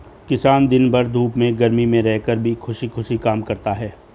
किसान दिन भर धूप में गर्मी में रहकर भी खुशी खुशी काम करता है